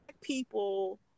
people